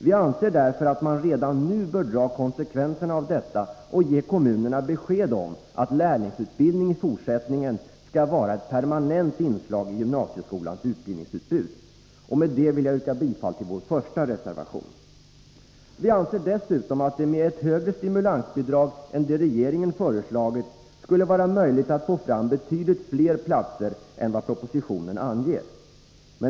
Vi anser därför att man redan nu bör dra konsekvenserna av detta och ge kommunerna besked om att lärlingsutbildning i fortsättningen skall vara ett permanent inslag i gymnasieskolans utbildningsutbud. Och med det vill jag yrka bifall till vår reservation 1. Vi anser dessutom att det med ett högre stimulansbidrag än det regeringen föreslagit skulle vara möjligt att få fram betydligt fler platser än vad propositionen anger.